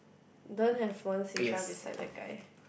don't have font seashell beside the guy